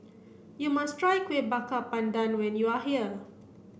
you must try Kuih Bakar Pandan when you are here